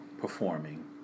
performing